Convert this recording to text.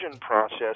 process